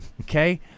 okay